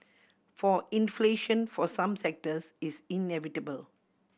for inflation for some sectors is inevitable